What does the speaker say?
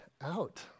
out